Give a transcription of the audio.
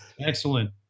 Excellent